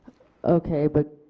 okay but